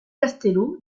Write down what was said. castello